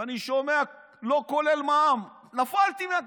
ואני שומע שזה לא כולל מע"מ, נפלתי מהכיסא.